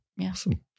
Awesome